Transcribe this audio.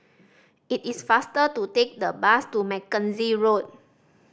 it is faster to take the bus to Mackenzie Road